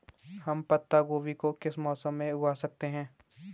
हम पत्ता गोभी को किस मौसम में उगा सकते हैं?